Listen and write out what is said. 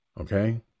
Okay